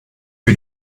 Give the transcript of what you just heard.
für